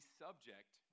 subject